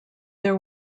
their